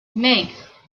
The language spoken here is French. maigre